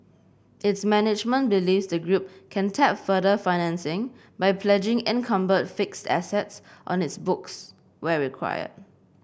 its management believes the group can tap further financing by pledging encumbered fixed assets on its books where required